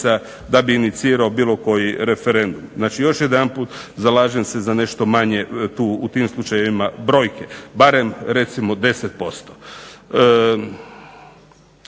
da bi inicirao bilo koji referendum. Znači, još jedanput zalažem se za nešto manje tu u tim slučajevima brojke. Barem recimo 10%.